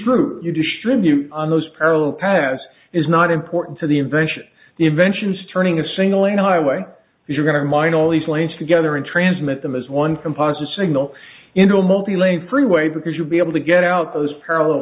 group you distribute on those parallel paths is not important to the invention of the inventions turning a single lane highway if you're going to mine all these lanes together and transmit them as one composite signal into a multi lane freeway because you'll be able to get out those parallel